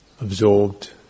absorbed